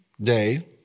day